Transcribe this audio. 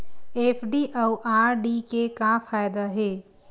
FD अउ RD के का फायदा हे?